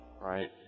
Right